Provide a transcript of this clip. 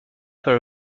par